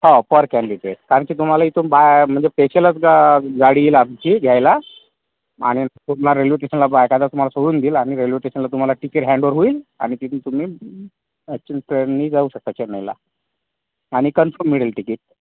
हो पर कँडिडेट कारण की तुम्हाला इथून बाय म्हणजे पेशलच ग गाडी येईल आमची घ्यायला आणि पुन्हा रेल्वे टेशनला बा एखादवेळेस तुम्हाला सोडून देईल आणि रेल्वे टेशनला तुम्हाला टिकीट हॅन्डओव्हर होईल आणि तिथून तुम्ही ॲक्चुअल ट्रेननी जाऊ शकता चेन्नईला आणि कन्फम मिळेल टिकीट